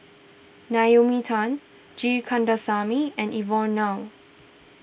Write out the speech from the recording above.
Naomi Tan G Kandasamy and Evon Kow